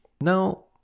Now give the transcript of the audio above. Now